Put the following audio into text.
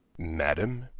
madam,